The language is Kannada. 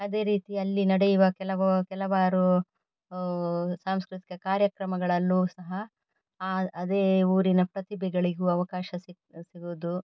ಅದೇ ರೀತಿಯಲ್ಲಿ ನಡೆಯುವ ಕೆಲವು ಕೆಲವಾರು ಸಾಂಸ್ಕೃತಿಕ ಕಾರ್ಯಕ್ರಮಗಳಲ್ಲೂ ಸಹ ಅದೇ ಊರಿನ ಪ್ರತಿಭೆಗಳಿಗೂ ಅವಕಾಶ ಸಿಕ್ಕು ಸಿಗೋದು